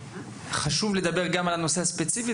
חשוב לדבר על הנושא הספציפי,